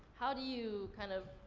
how do you, kind of,